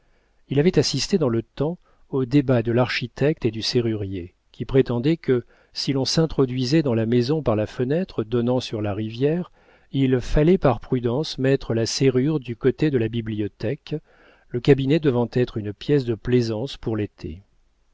il avait assisté dans le temps au débat de l'architecte et du serrurier qui prétendait que si l'on s'introduisait dans la maison par la fenêtre donnant sur la rivière il fallait par prudence mettre la serrure du côté de la bibliothèque le cabinet devant être une espèce de plaisance pour l'été